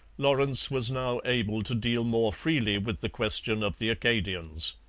lawrence was now able to deal more freely with the question of the acadians.